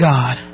God